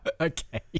okay